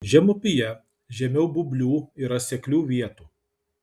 žemupyje žemiau būblių yra seklių vietų